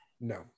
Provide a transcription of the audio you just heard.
no